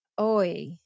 Oi